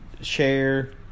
share